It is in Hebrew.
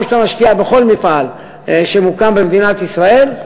כמו שאתה משקיע בכל מפעל שמוקם במדינת ישראל,